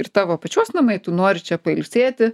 ir tavo pačios namai tu nori čia pailsėti